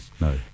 No